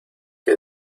que